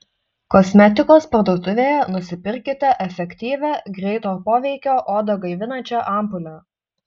kosmetikos parduotuvėje nusipirkite efektyvią greito poveikio odą gaivinančią ampulę